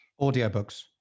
Audiobooks